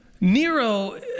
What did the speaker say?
Nero